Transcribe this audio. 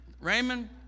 Raymond